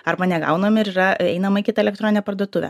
arba negaunam ir yra einama į kitą elektroninę parduotuvę